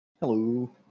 Hello